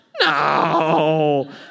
no